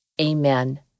amen